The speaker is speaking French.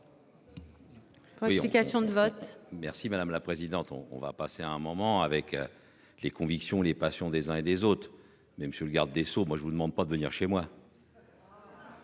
Merci madame la présidente. On va passer un moment avec. Les convictions les passions des uns et des autres. Mais monsieur le garde des Sceaux. Moi je vous demande pas de venir chez moi.